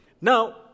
Now